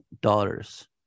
daughters